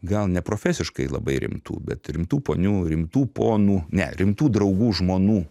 gal ne profesiškai labai rimtų bet rimtų ponių rimtų ponų ne rimtų draugų žmonų